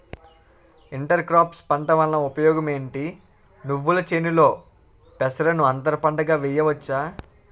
Inter crops పంట వలన ఉపయోగం ఏమిటి? నువ్వుల చేనులో పెసరను అంతర పంటగా వేయవచ్చా?